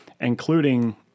including